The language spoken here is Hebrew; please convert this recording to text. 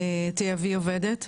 תייבאי עובדת,